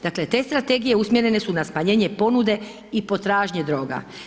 Dakle, te strategije usmjerene su na smanjenje ponude i potražnje droga.